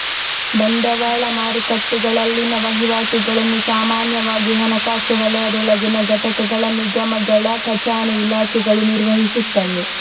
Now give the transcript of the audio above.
ಬಂಡವಾಳ ಮಾರುಕಟ್ಟೆಗಳಲ್ಲಿನ ವಹಿವಾಟುಗಳನ್ನು ಸಾಮಾನ್ಯವಾಗಿ ಹಣಕಾಸು ವಲಯದೊಳಗಿನ ಘಟಕಗಳ ನಿಗಮಗಳ ಖಜಾನೆ ಇಲಾಖೆಗಳು ನಿರ್ವಹಿಸುತ್ತವೆ